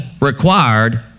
required